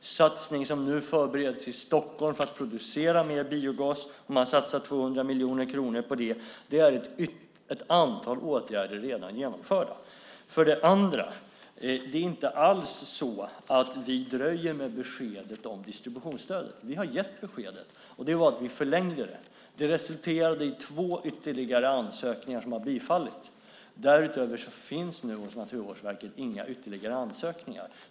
En satsning på 200 miljoner kronor förbereds nu i Stockholm för att producera mer biogas. Det är ett antal åtgärder som redan har vidtagits. För det andra är det inte alls så att vi dröjer med beskedet om distributionsstödet. Vi har gett besked, nämligen om en förlängning. Det resulterade i två ytterligare ansökningar som har bifallits. Därutöver finns nu hos Naturvårdsverket inga ytterligare ansökningar.